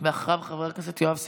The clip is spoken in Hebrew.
אחריו, חבר הכנסת יואב סגלוביץ'